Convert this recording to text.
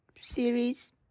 series